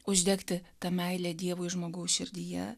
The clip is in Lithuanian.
uždegti tą meilę dievui žmogaus širdyje